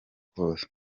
kose